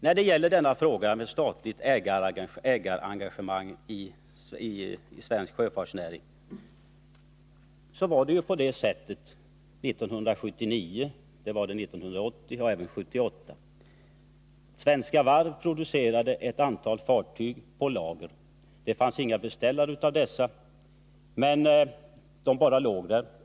När det gäller frågan om statligt ägarengagemang i svensk sjöfartsnäring var det på det sättet 1979, 1980 och även 1978, att svenska varv producerade ett antal fartyg på lager. Det fanns ingen beställare av dessa. Fartygen bara låg där.